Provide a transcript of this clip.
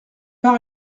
pas